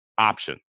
option